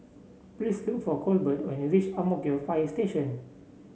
please look for Colbert when you reach Ang Mo Kio Fire Station